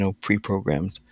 pre-programmed